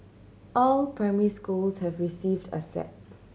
all primary schools have received a set